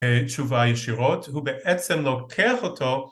תשובה ישירות. הוא בעצם לוקח אותו